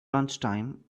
lunchtime